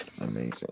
amazing